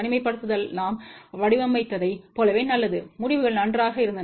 தனிமைப்படுத்துதல் நாம் வடிவமைத்ததைப் போலவே நல்லதுமுடிவுகள் நன்றாக இருந்தன